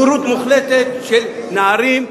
בורות מוחלטת של נערים,